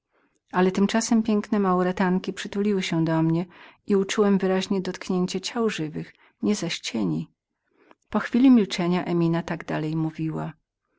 ale tymczasem piękne maurytanki przytuliły się do mnie i uczułem wyraźnie dotknięcie ciał żywych nie zaś cieni po chwili milczenia emina tak dalej mówiła